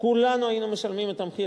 כולנו היינו משלמים את המחיר.